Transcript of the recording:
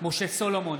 משה סולומון,